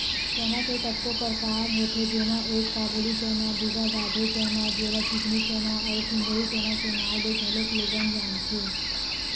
चना के कतको परकार होथे जेमा एक काबुली चना, दूसर राधे चना जेला चिकनी चना अउ सुंदरी चना के नांव ले घलोक लोगन जानथे